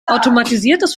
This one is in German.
automatisiertes